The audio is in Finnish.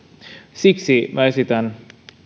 siksi esitän